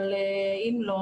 אבל אם לא,